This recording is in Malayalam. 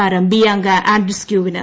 താരം ബിയാങ്ക ആൻഡ്രീസ്ക്യൂവിന്